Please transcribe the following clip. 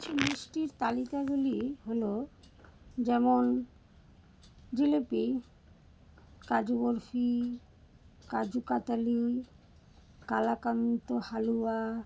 মিষ্টির তালিকাগুলি হলো যেমন জিলিপি কাজু বরফি কাজু কাতলি কালাকাঁদ হালুয়া